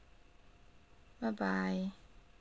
bye bye